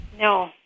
No